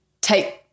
take